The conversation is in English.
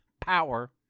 power